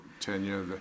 tenure